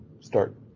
start